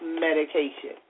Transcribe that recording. medication